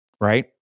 right